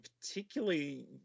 particularly